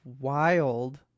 wild